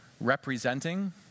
representing